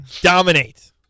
dominate